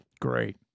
Great